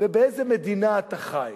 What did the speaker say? ובאיזו מדינה אתה חי.